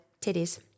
titties